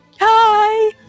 Hi